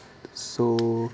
so